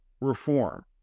reform